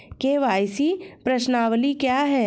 KYC प्रश्नावली क्या है?